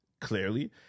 clearly